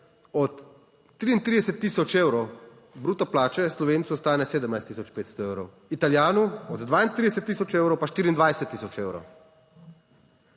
od 33 tisoč evrov bruto plače Slovencu ostane 17 tisoč 500 evrov, Italijanu od 32 tisoč evrov pa 24 tisoč evrov.